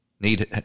need